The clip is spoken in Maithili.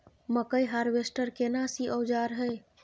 मकई हारवेस्टर केना सी औजार हय?